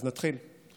אז נתחיל.